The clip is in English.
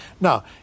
Now